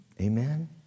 Amen